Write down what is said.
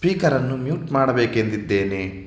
ಸ್ಪೀಕರನ್ನು mute ಮಾಡಬೇಕೆಂದಿದ್ದೇನೆ